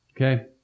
Okay